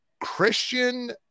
Christian